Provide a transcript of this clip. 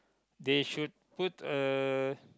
they should put a